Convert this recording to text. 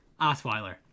Osweiler